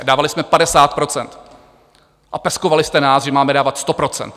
Dávali jsme 50 % a peskovali jste nás, že máme dávat 100 %.